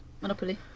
Monopoly